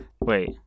Wait